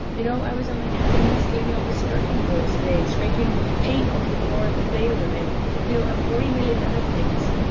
you know i was on my hands and knees cleaning all the skirting boards today and scraping paint off the floor of the playroom, and you know ah forty million other things.